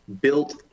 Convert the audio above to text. built